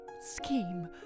scheme